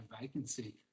vacancy